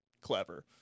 clever